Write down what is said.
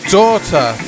daughter